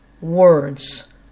words